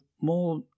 more